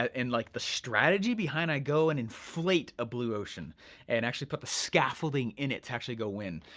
and like the strategy behind, i go and inflate a blue ocean and actually put the scaffolding in it to actually go win.